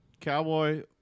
cowboy